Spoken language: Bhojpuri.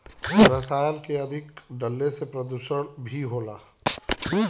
रसायन के अधिक डलला से प्रदुषण भी होला